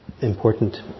important